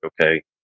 okay